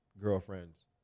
girlfriends